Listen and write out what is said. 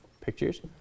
Pictures